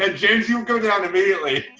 ah james, you go down immediately.